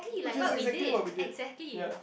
which is exactly what we did ya